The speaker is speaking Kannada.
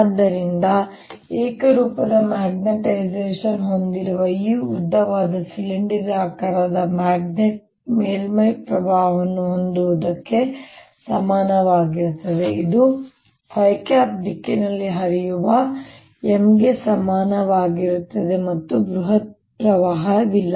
ಆದ್ದರಿಂದ ಏಕರೂಪದ ಮ್ಯಾಗ್ನೆಟೈಸೇಶನ್ ಹೊಂದಿರುವ ಈ ಉದ್ದವಾದ ಸಿಲಿಂಡರಾಕಾರದ ಮ್ಯಾಗ್ನೆಟ್ ಮೇಲ್ಮೈ ಪ್ರವಾಹವನ್ನು ಹೊಂದುವುದಕ್ಕೆ ಸಮನಾಗಿರುತ್ತದೆ ಇದು ದಿಕ್ಕಿನಲ್ಲಿ ಹರಿಯುವ M ಗೆ ಸಮಾನವಾಗಿರುತ್ತದೆ ಮತ್ತು ಬೃಹತ್ ಪ್ರವಾಹವಿಲ್ಲ